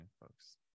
folks